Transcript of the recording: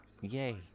Yay